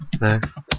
next